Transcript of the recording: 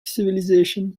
civilization